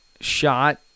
shot